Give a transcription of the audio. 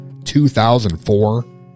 2004